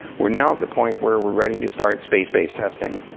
we're now the point where we're ready to start space based testing.